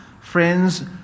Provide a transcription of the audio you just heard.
Friends